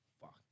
Fuck